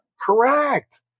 Correct